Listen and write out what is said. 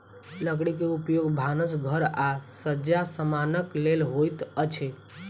लकड़ी के उपयोग भानस घर आ सज्जा समानक लेल होइत अछि